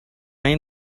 این